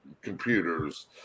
computers